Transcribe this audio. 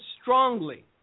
strongly